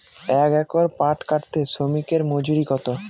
এক একর পাট কাটতে শ্রমিকের মজুরি কত?